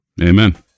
Amen